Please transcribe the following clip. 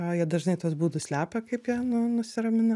o jie dažnai tuos būdus slepia kaip jie nu nusiramina